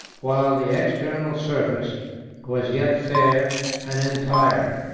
while the external surface was yet fair and entire.